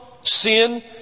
Sin